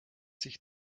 sich